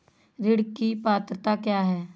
ऋण की पात्रता क्या है?